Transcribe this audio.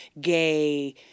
gay